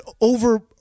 over